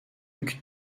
luc